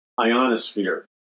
ionosphere